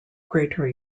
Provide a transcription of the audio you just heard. greater